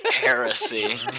Heresy